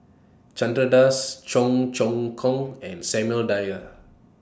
Chandra Das Cheong Choong Kong and Samuel Dyer